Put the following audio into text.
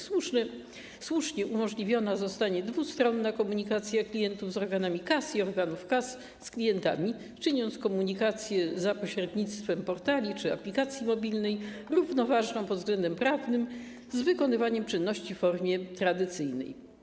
Słusznie umożliwiona zostanie dwustronna komunikacja klientów z organami KAS i organów KAS z klientami, co uczyni komunikację za pośrednictwem portali czy aplikacji mobilnej równoważną pod względem prawnym z wykonywaniem czynności w formie tradycyjnej.